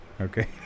okay